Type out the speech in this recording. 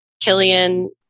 killian